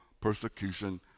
persecution